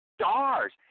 stars